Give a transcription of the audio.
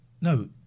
No